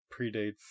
predates